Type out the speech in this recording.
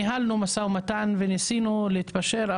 ניהלנו משא ומתן וניסינו להתפשר,